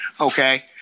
okay